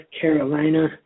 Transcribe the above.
Carolina